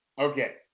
Okay